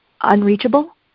unreachable